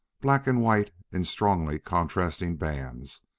black and white in strongly contrasting bands,